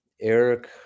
eric